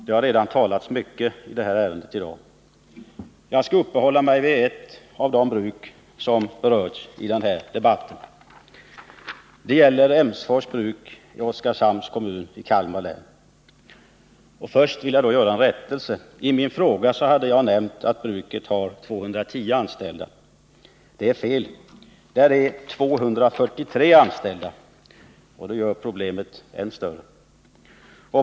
Det har redan sagts mycket i det här ärendet i dag. Jag skall uppehålla mig vid ett av de bruk som berörts i den här debatten. Det gäller Emsfors bruk i Oskarshamns kommun i Kalmar län. Först vill jag då göra en rättelse. I min fråga nämnde jag att bruket har 210 anställda. Det är fel. Det har 243 anställda, och det gör problemet än större.